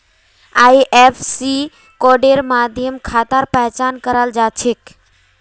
IFSC कोडेर माध्यम खातार पहचान कराल जा छेक